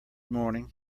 morning